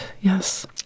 yes